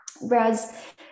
Whereas